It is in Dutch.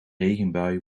regenbui